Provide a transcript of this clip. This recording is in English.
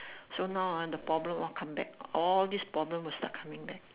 so now ah the problem all come back all these problem will start coming back